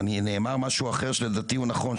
נאמר משהו אחר, שלדעתי הוא נכון.